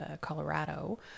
Colorado